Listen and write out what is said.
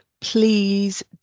please